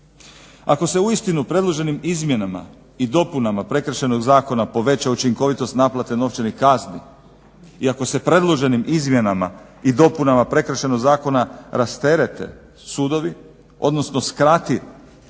Ako se uistinu predloženim izmjenama i dopunama Prekršajnog zakona poveća učinkovitost naplate novčanih kazni i ako se predloženim izmjenama i dopunama Prekršajnog zakona rasterete sudovi, odnosno skrati